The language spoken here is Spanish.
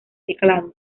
teclados